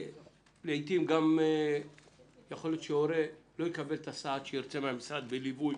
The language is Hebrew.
לעתים גם יכול להיות שהורה לא יקבל את הסעד שירצה מהמשרד בליווי